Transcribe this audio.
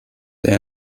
they